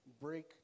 Break